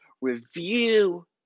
review